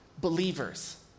believers